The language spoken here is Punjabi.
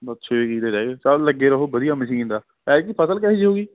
ਬਸ ਛੇ ਕਿੱਲੇ ਰਹਿ ਗਏ ਚੱਲ ਲੱਗੇ ਰਹੋ ਵਧੀਆ ਮਸ਼ੀਨ ਦਾ ਐਤਕੀ ਫਸਲ ਕਿਹੋ ਜਿਹੀ ਹੋ ਗਈ